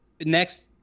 next